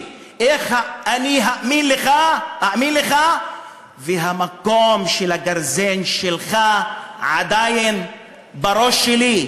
איך אאמין לך והסימן שהשאיר הגרזן שלך עדיין על הראש שלי,